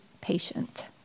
patient